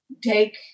Take